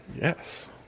Yes